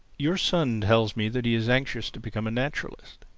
your son tells me that he is anxious to become a naturalist.